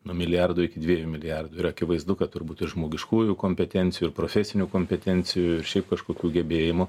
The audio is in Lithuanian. nuo milijardo iki dviejų milijardų ir akivaizdu kad turbūt ir žmogiškųjų kompetencijų ir profesinių kompetencijų ir šiaip kažkokių gebėjimų